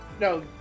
No